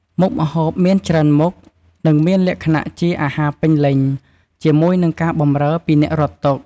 មុខម្ហូបមានច្រើនមុខ និងមានលក្ខណៈជាអាហារពេញលេញ ជាមួយនឹងការបម្រើពីអ្នករត់តុ។